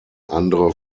andere